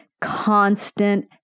constant